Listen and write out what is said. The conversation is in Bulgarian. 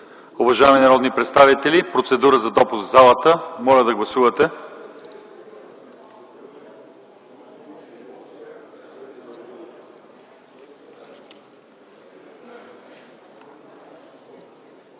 Уважаеми народни представители, направена е процедура за допускане в залата. Моля да гласувате.